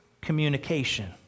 communication